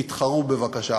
תתחרו בבקשה.